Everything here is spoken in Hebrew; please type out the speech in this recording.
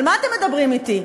על מה אתם מדברים אתי?